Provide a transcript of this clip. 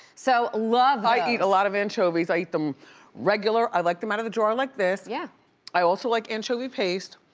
so love those. i eat a lot of anchovies, i eat them regular, i like them out of the jar like this, yeah i also like anchovy paste,